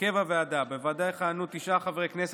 הרכב הוועדה: בוועדה יכהנו תשעה חברי כנסת,